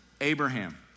Abraham